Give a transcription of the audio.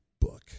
book